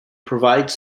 provides